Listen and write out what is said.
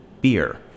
beer